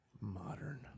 modern